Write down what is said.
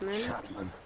chapman!